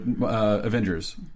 Avengers